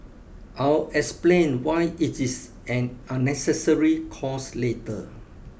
I'll explain why it is an unnecessary cost later